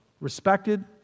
respected